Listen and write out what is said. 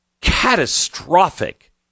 catastrophic